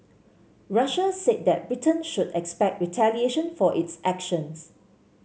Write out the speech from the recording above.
Russia said that Britain should expect retaliation for its actions